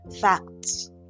Facts